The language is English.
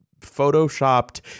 photoshopped